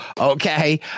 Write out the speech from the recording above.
Okay